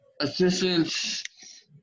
assistance